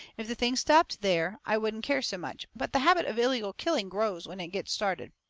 if the thing stopped there i wouldn't care so much. but the habit of illegal killing grows when it gets started.